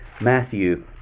Matthew